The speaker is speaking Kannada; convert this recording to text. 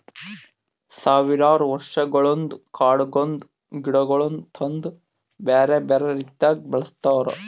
ಸಾವಿರಾರು ವರ್ಷಗೊಳಿಂದ್ ಕಾಡದಾಂದ್ ಗಿಡಗೊಳಿಗ್ ತಂದು ಬ್ಯಾರೆ ಬ್ಯಾರೆ ರೀತಿದಾಗ್ ಬೆಳಸ್ತಾರ್